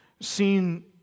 seen